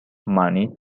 money